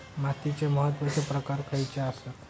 मातीचे महत्वाचे प्रकार खयचे आसत?